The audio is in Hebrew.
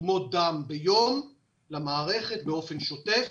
תרומות דם ביום למערכת באופן שוטף.